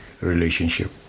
relationship